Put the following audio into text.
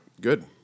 Good